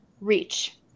reach